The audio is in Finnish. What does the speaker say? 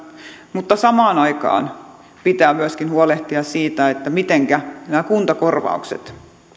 mutta samaan aikaan pitää myöskin huolehtia siitä mitenkä nämä kuntakorvaukset riittävät